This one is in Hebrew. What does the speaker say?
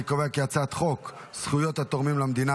קובע כי הצעת חוק זכויות התורמים למדינה,